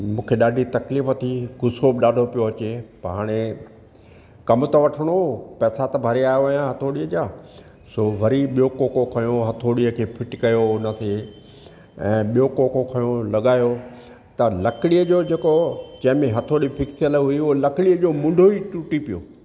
मूंखे ॾाढी तकलीफ़ थी गुसो ॾाढो पियो अचे प हाणे कम त वठणो हुओ पैसा त भरिया हुया हथोड़ीअ जा सो वरी ॿियो कोको खयों हथोड़ीअ खे फ़िटी कयो हुनखे ऐं ॿियो कोको खयों लॻायो त लकड़ीअ जो जेको जंहिं में हथोड़ी फिक्स थियलु हुई उहो लकड़ीअ जो मुंढो ई टुटी पियो